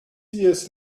lewis